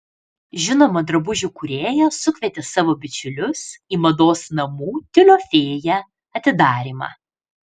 žinoma drabužių kūrėja sukvietė savo bičiulius į mados namų tiulio fėja atidarymą